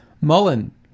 Mullen